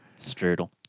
Strudel